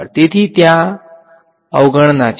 વિદ્યાર્થી તેથી ત્યાં અવગણના છે